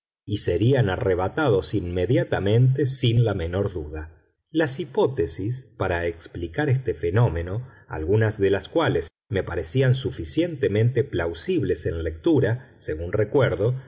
y serían arrebatados inmediatamente sin la menor duda las hipótesis para explicar este fenómeno algunas de las cuales me parecían suficientemente plausibles en lectura según recuerdo